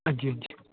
हंजी हंजी